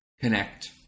connect